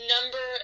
Number